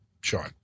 Sean